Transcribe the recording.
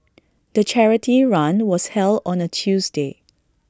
the charity run was held on A Tuesday